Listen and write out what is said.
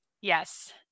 Yes